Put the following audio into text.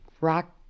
rock